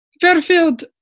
Fairfield